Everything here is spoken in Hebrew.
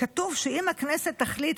כתוב שאם הכנסת תחליט,